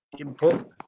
input